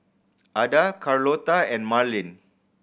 Ada Carlota and Marlin